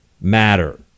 matter